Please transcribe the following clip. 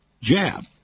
Jab